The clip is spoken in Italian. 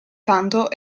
tanto